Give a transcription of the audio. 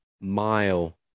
mile